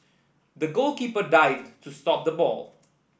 the goalkeeper dived to stop the ball